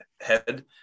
head